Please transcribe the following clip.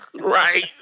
Right